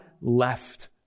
left